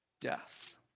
death